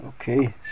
Okay